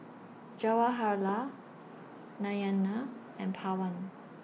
Jawaharlal Narayana and Pawan